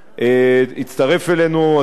הצטרף אלינו השר לביטחון פנים,